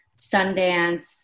Sundance